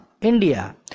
India